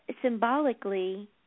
symbolically